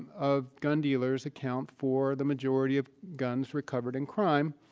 of gun dealers account for the majority of guns recovered in crime.